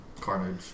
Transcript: carnage